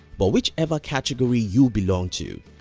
but, whichever category you belong to,